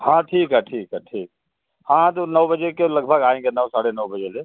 हाँ ठीक है ठीक है ठीक हाँ तो नौ बजे के लगभग आएँगे नौ साढ़े नौ बजे ले